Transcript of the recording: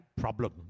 problem